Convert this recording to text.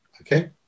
okay